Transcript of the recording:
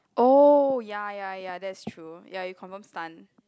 oh ya ya ya that's true ya you confirm stun